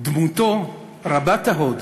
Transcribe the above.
דמותו רבת ההוד